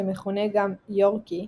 שמכונה גם 'יורקי',